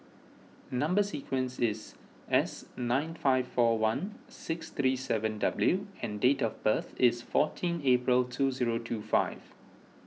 Number Sequence is S nine five four one six three seven W and date of birth is fourteen April two zero two five